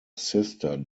sister